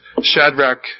Shadrach